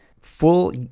full